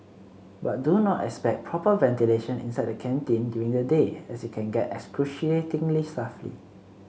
but do not expect proper ventilation inside the canteen during the day as it can get excruciatingly stuffy